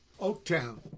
Oaktown